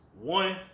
one